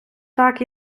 так